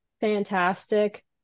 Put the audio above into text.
fantastic